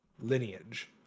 lineage